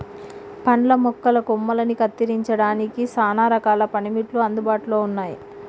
పండ్ల మొక్కల కొమ్మలని కత్తిరించడానికి సానా రకాల పనిముట్లు అందుబాటులో ఉన్నాయి